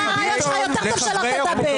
אחרי הריאיון שלך, יותר טוב שלא תדבר.